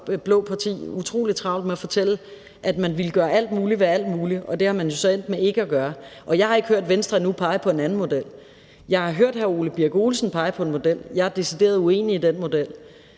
blåt parti utrolig travlt med at fortælle, at man ville gøre alt muligt ved alt muligt, og det er man jo så endt med ikke at gøre. Jeg har endnu ikke hørt Venstre pege på en anden model. Jeg har hørt hr. Ole Birk Olesen pege på en model, men jeg er decideret uenig i den model.